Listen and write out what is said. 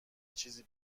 چیزی